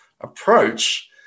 approach